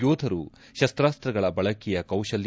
ಯೋಧರು ಶಸ್ತಾಸ್ತಗಳ ಬಳಕೆಯ ಕೌಶಲ್ಲ